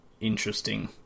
interesting